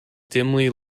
dimly